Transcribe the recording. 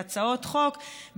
בהצעות חוק,